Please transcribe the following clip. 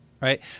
right